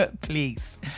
Please